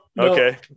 Okay